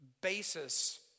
basis